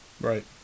Right